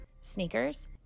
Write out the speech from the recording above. Sneakers